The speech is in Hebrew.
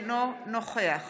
אינו נוכח